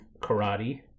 karate